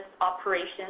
operations